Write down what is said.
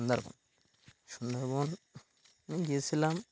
সুন্দরবন সুন্দরবন আমি গিয়েছিলাম